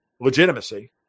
legitimacy